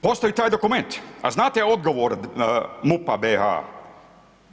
Postoji taj dokument a znate odgovor MUP-a BiH-a?